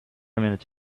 minute